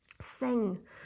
Sing